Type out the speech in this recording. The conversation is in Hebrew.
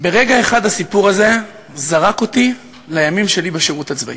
ברגע אחד הסיפור הזה זרק אותי לימים שלי בשירות הצבאי.